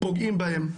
פוגעים בהם,